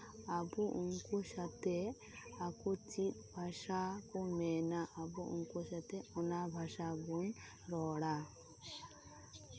ᱟᱵᱚ ᱩᱱᱠᱩ ᱥᱟᱛᱮᱜ ᱟᱠᱚ ᱪᱮᱫ ᱵᱷᱟᱥᱟ ᱠᱚ ᱢᱮᱱᱼᱟ ᱟᱵᱚ ᱩᱱᱠᱩ ᱥᱟᱛᱮ ᱚᱱᱟ ᱵᱷᱟᱥᱟ ᱵᱚᱱ ᱨᱚᱲᱼᱟ